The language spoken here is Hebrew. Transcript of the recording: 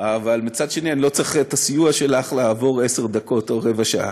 אבל מצד שני אני לא צריך את הסיוע שלך לעבור עשר דקות או רבע שעה.